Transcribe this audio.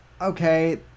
Okay